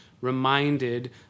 reminded